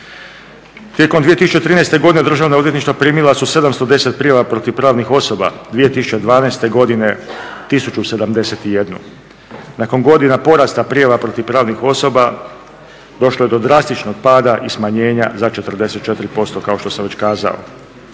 Tijekom 2013. godine državna odvjetništva primila su 710 prijava protiv pravnih osoba, 2012. godine 1071. Nakon godina porasta prijava protiv pravnih osoba došlo je do drastičnog pada i smanjenja za 44% kako što sam već kazao.